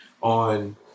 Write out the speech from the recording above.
on